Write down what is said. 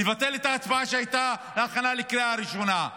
לבטל את ההצבעה שהייתה להכנה לקריאה ראשונה.